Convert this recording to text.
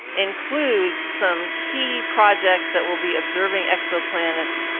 includes some key projects that will be observing exoplanets,